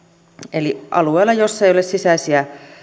eli alueella jolla ei ole sisäisiä